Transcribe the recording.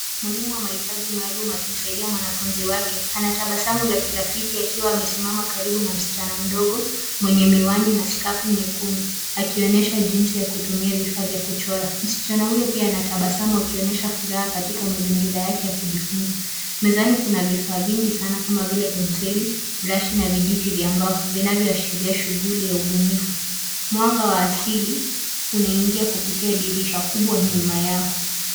Mwalimu wa mahitaji maalum akimsaidia mwanafunzi wake, ana tabasamu la kirafiki akiwa amesimama karibu na msichana mdogo, mwenye miwani na skafu nyekundu akionyesha jinsi ya kutumia vifaa vya kuchora. Msichana huyo pia anatabasamu akionyesha furaha katika mazingira yake ya kujifunza. Mezani kuna vifaa vingi sana kama vile penseli, brashi na vijiti vya mbao vinavyoashiria shughuli ya ubunifu. Mwanga wa asili unaingia kupitia dirisha kubwa nyuma yao.